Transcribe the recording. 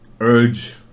urge